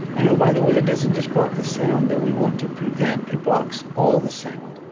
and oh, by the way, it doesn't just block the sound that we want to prevent. it blocks all the sound